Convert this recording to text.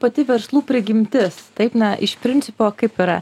pati verslų prigimtis taip na iš principo kaip yra